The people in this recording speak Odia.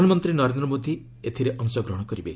ପ୍ରଧାନମନ୍ତ୍ରୀ ନରେନ୍ଦ୍ର ମୋଦି ମଧ୍ୟ ଏଥିରେ ଅଂଶଗ୍ରହଣ କରିବେ